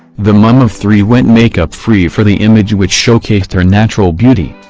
the mum-of-three went makeup free for the image which showcased her natural beauty.